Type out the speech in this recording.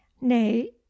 nay